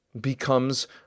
becomes